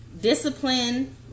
discipline